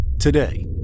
today